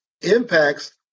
impacts